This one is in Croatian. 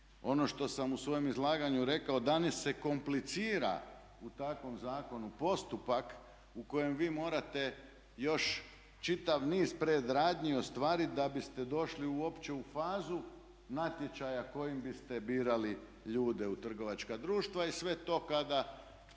Ono što sam u svom izlaganju rekao danas se komplicira u takvom zakonu postupak u kojem vi morate još čitav niz predradnji ostvarit da biste došli uopće u fazu natječaja kojim biste birali ljude u trgovačka društva. I sve to kada